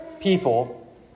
people